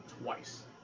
twice